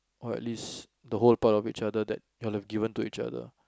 or at least the whole part of each other that you'd have given to each other